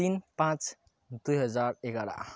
तिन पाँच दुई हजार एघार